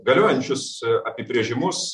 galiojančius apibrėžimus